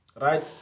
Right